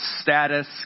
status